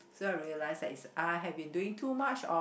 so I realize that is I had been doing too much of